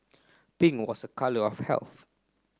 pink was a colour of health